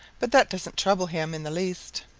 but that doesn't trouble him in the least.